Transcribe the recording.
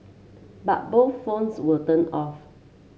but both phones were turned off